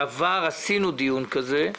בעבר ערכנו דיון סוער כזה,